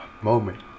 moment